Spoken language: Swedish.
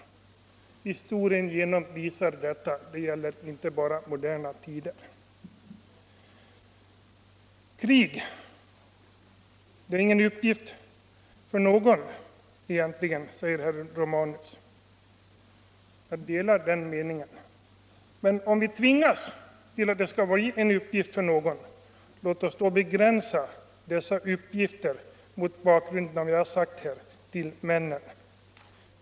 Historien igenom visar att det varit så; det gäller inte bara moderna tider. Krig är egentligen ingen uppgift för någon, säger herr Romanus. Jag delar den meningen. Men om vi tvingas att låta det bli en uppgift för någon, låt oss då - mot bakgrund av vad jag har sagt här — begränsa den uppgiften till männen!